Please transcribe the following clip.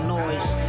noise